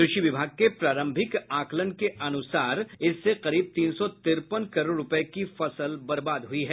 कृषि विभाग के प्रारंभिक आकलन के अनुसार इससे करीब तीन सौ तिरपन करोड़ रूपये की फसल बर्बाद हुई है